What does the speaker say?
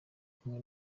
kumwe